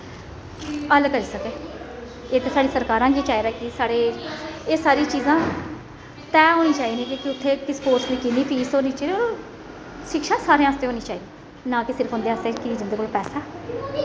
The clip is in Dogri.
हल करी सके इक सा़ढञी सरकारा गी चाहिदा गी साढ़े एह् सारी चीजां तैह् होनी चाहिदियां कि उत्थै इस कोर्स दी किन्नी फीस होनी चाहिदी और शिक्षा सारे आस्ते होनी चाहिदी ना कि सिर्फ उं'दे आस्तै जिं'दे कोल पैहा ऐ